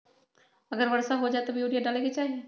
अगर वर्षा हो जाए तब यूरिया डाले के चाहि?